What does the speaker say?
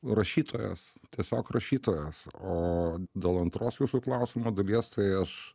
rašytojas tiesiog rašytojas o dėl antros jūsų klausimo dalies tai aš